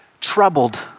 troubled